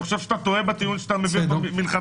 אני חושב שאתה טועה בטיעון שאתה מביא מלכתחילה,